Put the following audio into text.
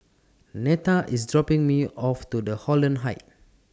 Netta IS dropping Me off to The Holland Heights